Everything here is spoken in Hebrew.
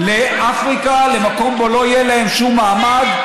שום מעמד,